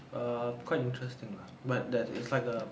err quite interesting lah but it's that it's like a